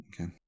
Okay